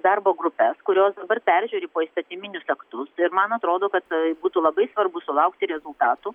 darbo grupes kurios dabar peržiūri poįstatyminius aktus ir man atrodo kad būtų labai svarbu sulaukti rezultatų